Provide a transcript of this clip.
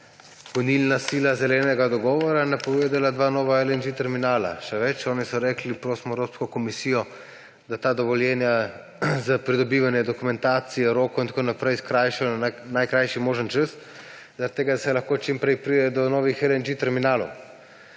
gonilna sila zelenega dogovora, napovedala dva nova terminala LNG. Še več, oni so rekli, prosimo Evropsko komisijo, da dovoljenja za pridobivanje dokumentacije, rokov in tako naprej skrajša na najkrajši možni čas, zaradi tega da se lahko čim prej pride do novih terminalov